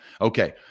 Okay